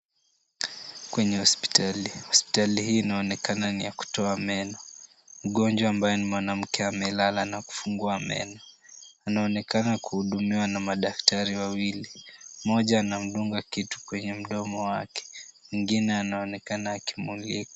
Kwenye hospitali. Hospitali hii inaonekana ni ya kutoa meno. Mgonjwa ambaye ni mwanamke amelala na amefungua meno. Anaonekana kuhudumiwa na madaktari wawili. Mmoja anamdunga kitu kwenye mdomo wake, mwingine anaonekana akimulika.